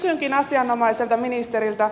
kysynkin asianomaiselta ministeriltä